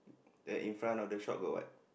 then in front of the shop got what